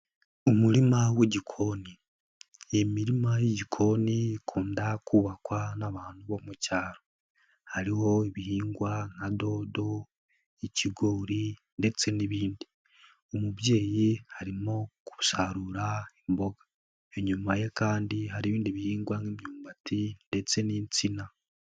Umurima w'igikoni. Imirima y'igikoni ikunda kubakwa n'abantu bo mu cyaro. Hariho ibihingwa nka dodo, ikigori ndetse n'ibindi. Umubyeyi arimo gusarura imboga. Inyuma ye kandi hari ibindi bihingwa nk'imyumbati ndetse n'insina.